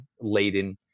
laden